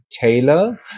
Taylor